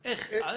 מחקר?